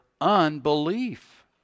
Unbelief